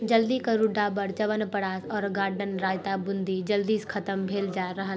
जल्दी करु डाबर च्यवनप्राश आर गार्डन रायता बूंदी जल्दीसँ खतम भेल जा रहल अछि